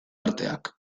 arteak